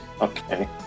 Okay